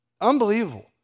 unbelievable